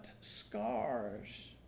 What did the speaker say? scars